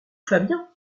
fabian